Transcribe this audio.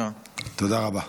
טוב, תודה רבה.